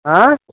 आयँ